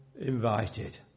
invited